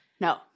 No